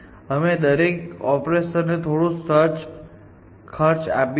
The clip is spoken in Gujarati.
અમે દરેક ઓપરેશનને થોડું ખર્ચ આપીશું